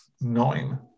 nine